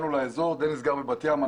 דניס גר בבת ים.